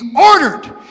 ordered